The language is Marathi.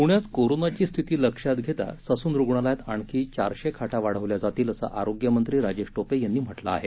प्ण्यात कोरोनाची स्थिती लक्षात घेता ससून रुग्णालयात आणखी चारशे खाटा वाढवल्या जातील असं आरोग्यमंत्री राजेश टोपे यांनी म्हटलं आहे